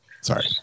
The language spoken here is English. sorry